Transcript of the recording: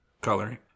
coloring